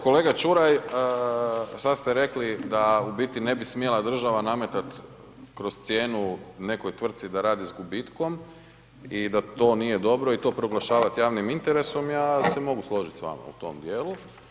Kolega Čuraj, sad ste rekli da u biti ne bi smjela država nametat kroz cijenu nekoj tvrtci da radi s gubitkom i da to nije dobro i to proglašavat javnim interesom, ja se mogu složit s vama u tom djelu.